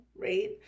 right